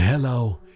Hello